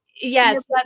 Yes